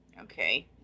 Okay